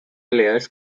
layers